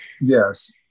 yes